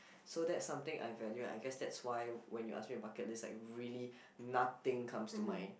so that's something I value and I guess that's why when you ask me about bucket list like really nothing comes to mind